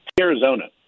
Arizona